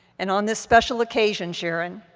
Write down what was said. and on this special occasion, sharon,